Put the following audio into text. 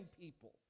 people